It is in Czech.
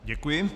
Děkuji.